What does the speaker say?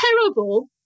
terrible